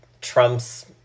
Trump's